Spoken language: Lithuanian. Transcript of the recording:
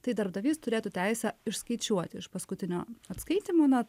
tai darbdavys turėtų teisę išskaičiuoti iš paskutinio atskaitymo na